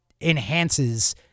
enhances